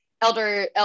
elder